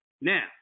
Now